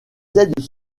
aides